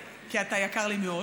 כי אתה יקר לי מאוד,